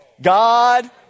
God